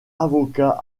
avocat